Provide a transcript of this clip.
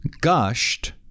gushed